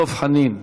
דב חנין,